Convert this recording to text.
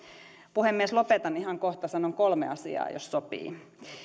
puhemies lopetan ihan kohta sanon kolme asiaa jos sopii